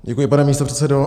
Děkuji, pane místopředsedo.